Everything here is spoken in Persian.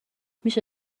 میشه